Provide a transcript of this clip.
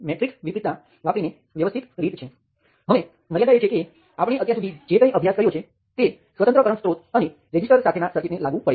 ફરીથી તમે સ્વતંત્ર વોલ્ટેજ સ્ત્રોત અને વોલ્ટેજ નિયંત્રિત વોલ્ટેજ સ્ત્રોત માટે મેં ધ્યાનમાં લીધેલી સર્કિટ સાથે આ સર્કિટની સળખામણી કરો